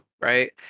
right